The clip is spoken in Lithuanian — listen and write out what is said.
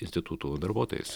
institutų darbuotojais